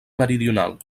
meridional